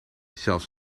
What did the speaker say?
zelfs